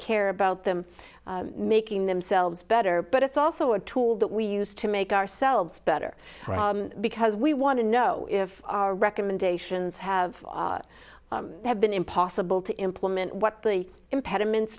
care about them making themselves better but it's also a tool that we use to make ourselves better because we want to know if our recommendations have have been impossible to implement what the impediments